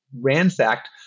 ransacked